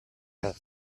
had